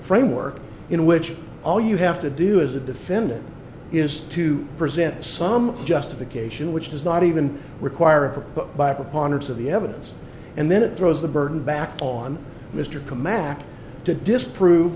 framework in which all you have to do as a defendant is to present some justification which does not even require a put by preponderance of the evidence and then it throws the burden back on mr command to disprove